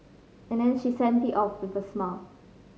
and then she sent me off with a smile